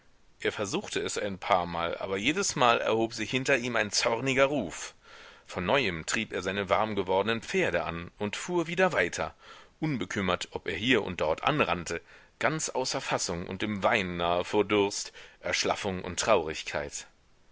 er versuchte es ein paarmal aber jedesmal erhob sich hinter ihm ein zorniger ruf von neuem trieb er seine warmgewordenen pferde an und fuhr wieder weiter unbekümmert ob er hier und dort anrannte ganz außer fassung und dem weinen nahe vor durst erschlaffung und traurigkeit